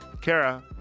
Kara